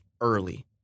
early